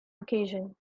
occasion